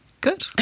Good